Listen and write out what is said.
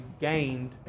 gained